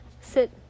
Sit